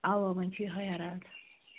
آ ؤنۍ چھُ یہِ ۂے اِرادٕ